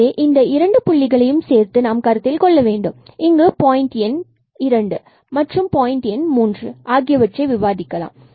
எனவே இந்த இரண்டு புள்ளிகளையும் சேர்த்து நாம் கருத்தில் கொள்ள வேண்டும் இங்கு நாம் பாயிண்ட் Point எண் 2 மற்றும் பாயிண்ட் point எண் 3 ஆகியவற்றை விவாதிக்கலாம்